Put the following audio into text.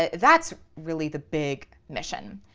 ah that's really the big mission.